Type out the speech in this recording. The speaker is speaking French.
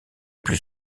plus